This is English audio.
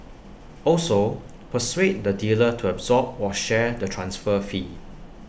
also persuade the dealer to absorb or share the transfer fee